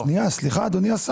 לא, שנייה אדוני השר.